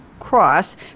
Cross